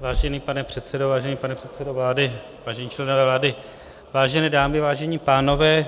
Vážený pane předsedo, vážený pane předsedo vlády, vážení členové vlády, vážené dámy, vážení pánové,